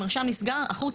המרשם נסגר החוצה,